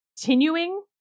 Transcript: continuing